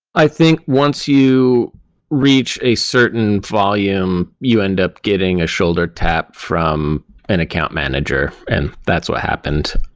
i think once you reach a certain volume, you end up getting a shoulder tap from an account manager, and that's what happened.